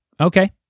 Okay